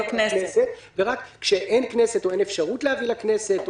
רק כשאין כנסת או כשאין אפשרות להביא לכנסת.